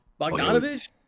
Bogdanovich